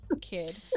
kid